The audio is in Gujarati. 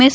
એસ